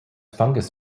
fungus